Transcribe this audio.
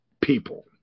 people